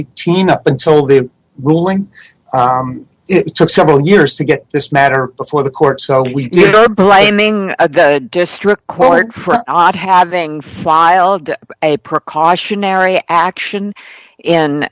eighteen up until the ruling it took several years to get this matter before the court so we are blaming the district court for not having filed a precautionary action in